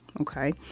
okay